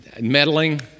Meddling